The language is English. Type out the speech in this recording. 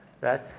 Right